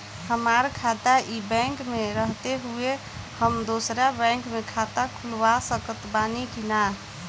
हमार खाता ई बैंक मे रहते हुये हम दोसर बैंक मे खाता खुलवा सकत बानी की ना?